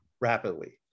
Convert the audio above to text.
rapidly